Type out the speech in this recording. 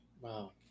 Wow